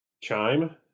Chime